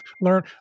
learn